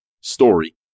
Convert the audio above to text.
story